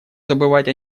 забывать